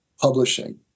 publishing